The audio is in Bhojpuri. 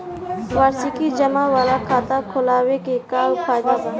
वार्षिकी जमा वाला खाता खोलवावे के का फायदा बा?